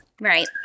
Right